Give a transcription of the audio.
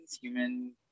human